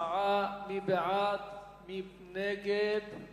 ההצעה להעביר את הצעת חוק לתיקון פקודת המשטרה (מס'